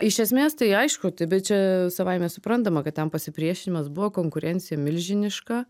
iš esmės tai aišku tai bet čia savaime suprantama kad ten pasipriešinimas buvo konkurencija milžiniška